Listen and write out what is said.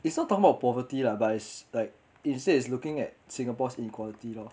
it's not talking about poverty lah but it's like instead is looking at singapore's inequality lor